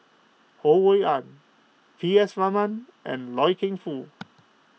Ho Rui An P S Raman and Loy Keng Foo